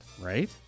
Right